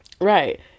Right